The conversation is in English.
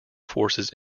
forces